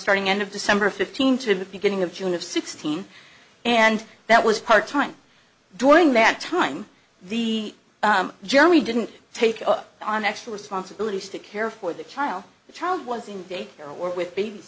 starting end of december fifteenth to the beginning of june of sixteen and that was part time during that time the journey didn't take on extra responsibilities to care for the child the child was in day care or with bab